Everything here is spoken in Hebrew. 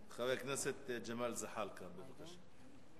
חבר הכנסת ג'מאל זחאלקה, בבקשה.